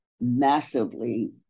massively